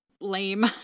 lame